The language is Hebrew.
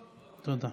תודה.